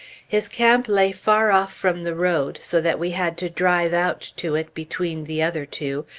his camp lay far off from the road, so that we had to drive out to it between the other two,